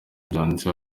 byanditse